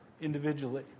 individually